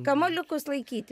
kamuoliukus laikyti